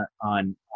on